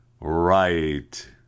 Right